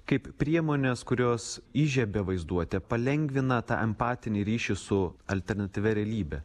kaip priemonės kurios įžiebia vaizduotę palengvina tą empatinį ryšį su alternatyvia realybe